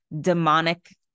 Demonic